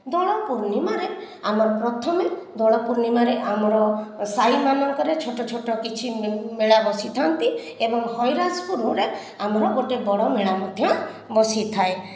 ଦୋଳପୂର୍ଣ୍ଣିମାରେ ଆମେ ପ୍ରଥମେ ଦୋଳପୂର୍ଣ୍ଣିମାରେ ଆମର ସାହିମାନଙ୍କରେ ଛୋଟ ଛୋଟ କିଛି ମେଳା ବସିଥାନ୍ତି ଏବଂ ହରିରାଜପୁରରେ ଆମର ଗୋଟିଏ ବଡ଼ ମେଳା ମଧ୍ୟ ବସିଥାଏ